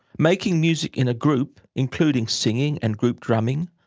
making music in a group, including singing and group drumming,